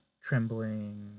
trembling